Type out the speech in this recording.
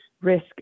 risk